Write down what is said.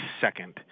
second